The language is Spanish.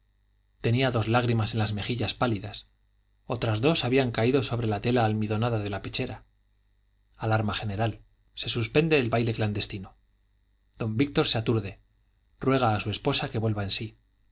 tenía dos lágrimas en las mejillas pálidas otras dos habían caído sobre la tela almidonada de la pechera alarma general se suspende el baile clandestino don víctor se aturde ruega a su esposa que vuelva en sí